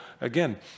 again